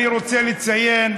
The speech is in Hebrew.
אני רוצה לציין,